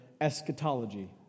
eschatology